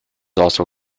also